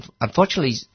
unfortunately